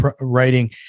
writing